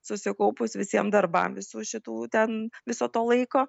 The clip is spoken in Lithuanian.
susikaupus visiem darbam visų šitų ten viso to laiko